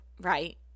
right